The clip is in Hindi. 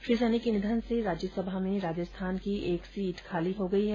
श्री सैनी के निधन से राज्यसभा में राजस्थान की एक सीट खाली हो गई हैं